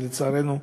ולצערנו,